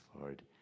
Lord